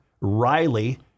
Riley